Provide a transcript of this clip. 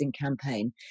campaign